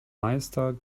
meister